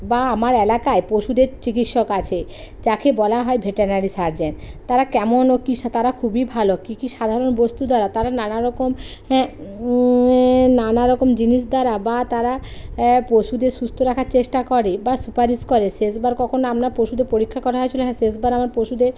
বা আমার এলাকায় পশুদের চিকিৎসক আছে যাকে বলা হয় ভেটেরিনারি সার্জেন তারা কেমন ও কীসে তারা খুবই ভালো কী কী সাধারণ বস্তু দ্বারা তারা নানা রকম এর নানা রকম জিনিস দ্বারা বা তারা পশুদের সুস্থ রাখার চেষ্টা করে বা সুপারিশ করে শেষবার কখনো আপনার পশুদের পরীক্ষা করা হয়েছিলো হ্যাঁ শেষবার আমার পশুদের